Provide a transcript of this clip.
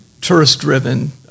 tourist-driven